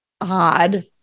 odd